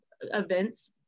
events